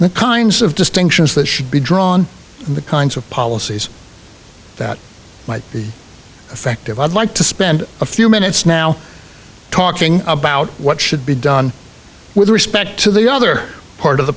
wealth the kinds of distinctions that should be drawn from the kinds of policies that might be effective i'd like to spend a few minutes now talking about what should be done with respect to the other part of the